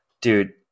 Dude